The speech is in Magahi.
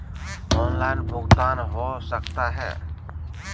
ऑनलाइन भुगतान हो सकता है?